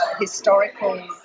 historical